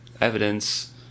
evidence